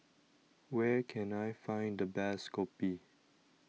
where can I find the best Kopi